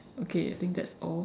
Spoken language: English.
okay I think that's all